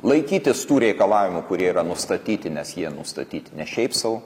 laikytis tų reikalavimų kurie yra nustatyti nes jie nustatyti ne šiaip sau